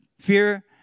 fear